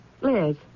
Liz